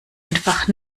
einfach